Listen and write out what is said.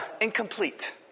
incomplete